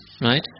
Right